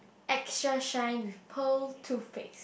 extra shine with pearl toothpaste